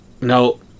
No